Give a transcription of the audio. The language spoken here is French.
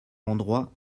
endroits